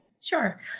Sure